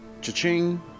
Cha-ching